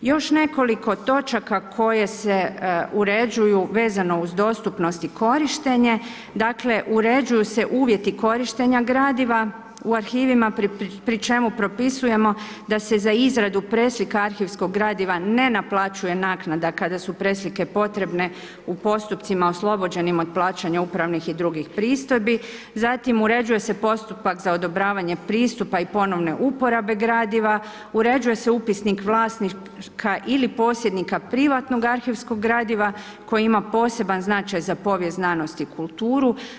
Još nekoliko točaka koje se uređuju vezano uz dostupnost i korištenje, dakle uređuju se uvjeti korištenja gradiva u arhivima pri čemu propisujemo da se za izradu preslika arhivskog gradiva ne naplaćuje naknada kada su preslike potrebne u postupcima oslobođenima od plaćanja upravnih i drugih pristojbi, zatim uređuje se postupak za odobravanje pristupa i ponovne uporabe gradiva, uređuje se upisnik vlasnika ili posjednika privatnog arhivskog gradiva koji ima poseban značaj za povijest, znanost i kulturu.